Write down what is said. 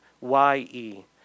Y-E